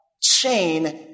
Chain